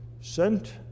sent